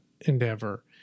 endeavor